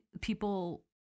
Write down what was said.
people